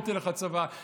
לא תלך לצבא,